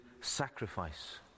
sacrifice